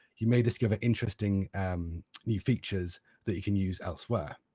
you may discover interesting um new features that you can use elsewhere.